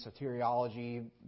soteriology